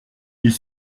ils